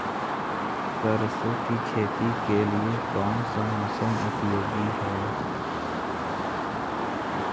सरसो की खेती के लिए कौन सा मौसम उपयोगी है?